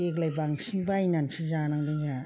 देग्लाय बांसिन बायनानैसो जानांदों जोंहा